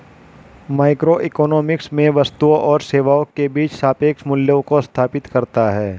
microeconomics में वस्तुओं और सेवाओं के बीच सापेक्ष मूल्यों को स्थापित करता है